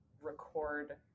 record